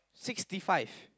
sixty five